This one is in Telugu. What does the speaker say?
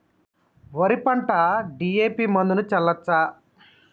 వరి పంట డి.ఎ.పి మందును చల్లచ్చా?